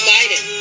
Biden